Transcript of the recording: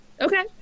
Okay